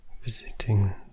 visiting